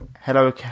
hello